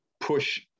push